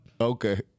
Okay